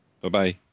Bye-bye